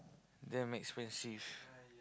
damn expensive